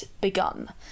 begun